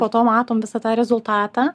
po to matom visą tą rezultatą